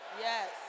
Yes